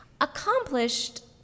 Accomplished